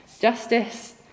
Justice